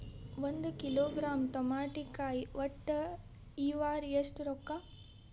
ಒಂದ್ ಕಿಲೋಗ್ರಾಂ ತಮಾಟಿಕಾಯಿ ಒಟ್ಟ ಈ ವಾರ ಎಷ್ಟ ರೊಕ್ಕಾ?